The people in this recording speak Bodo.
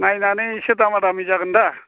नायनानैसो दामा दामि जागोन दा